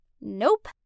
Nope